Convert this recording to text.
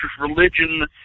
religion